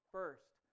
First